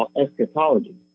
eschatology